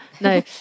No